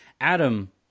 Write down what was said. Adam